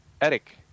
Eric